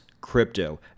crypto